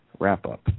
Wrap-Up